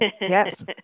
Yes